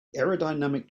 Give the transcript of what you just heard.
aerodynamic